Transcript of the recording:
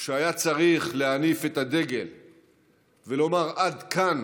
וכשהיה צריך להניף את הדגל ולומר: עד כאן,